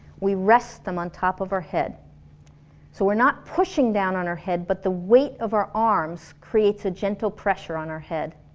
we rest them on top of our head so we're not pushing down on our head, but the weight of our arms creates a gentle pressure on our head